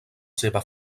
seva